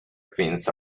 fins